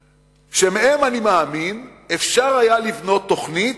שמהם, אני מאמין, אפשר היה לבנות תוכנית,